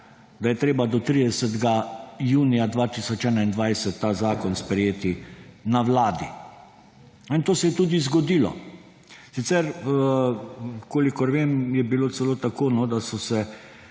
da je treba do 30. junija 2021 ta zakon sprejeti na Vladi. In to se je tudi zgodilo. Sicer kolikor vem, je bilo celo tako, da so se